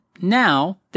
now